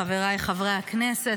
חבריי חברי הכנסת,